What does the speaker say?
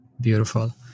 Beautiful